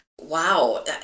wow